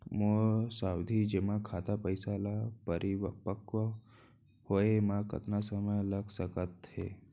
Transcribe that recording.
मोर सावधि जेमा खाता के पइसा ल परिपक्व होये म कतना समय लग सकत हे?